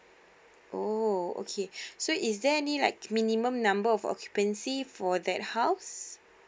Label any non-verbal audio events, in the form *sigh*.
oh okay *breath* so is there any like minimum number of occupancy for that house